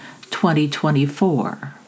2024